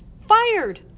Fired